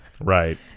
Right